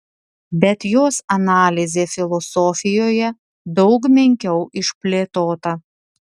bet jos analizė filosofijoje daug menkiau išplėtota